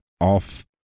off